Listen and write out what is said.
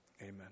Amen